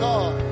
God